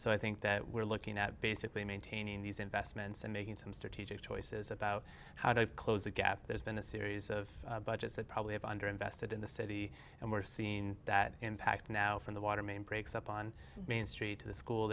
so i think that we're looking at basically maintaining these investments and making some strategic choices about how to close that gap there's been a series of budgets that probably have under invested in the city and we've seen that impact now from the water main breaks up on main street to the school